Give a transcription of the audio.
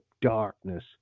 darkness